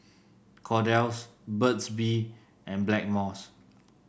Kordel's Burt's Bee and Blackmores